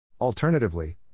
Alternatively